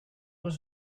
was